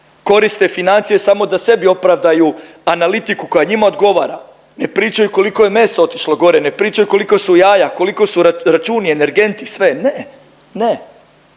koriste financije samo da sebi opravdaju analitiku koja njima odgovara, ne pričaju koliko je meso otišlo gore, ne pričaju koliko su jaja, koliko su računi, energenti sve, ne, ne.